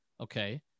okay